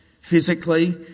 physically